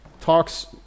talks